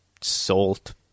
salt